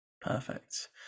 Perfect